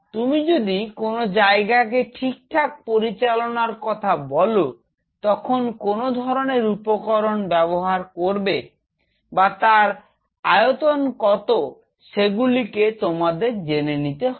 তুমি যদি কোন জায়গাকে ঠিকঠাক পরিচালনার কথা বলো তখন কোন ধরনের উপকরণ ব্যবহার করবে বা তার আয়তন কত সেগুলিকে তোমাদের জেনে নিতে হবে